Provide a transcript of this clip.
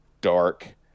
dark